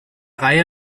reihe